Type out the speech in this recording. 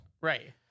right